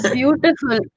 beautiful